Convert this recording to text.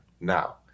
now